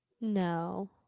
No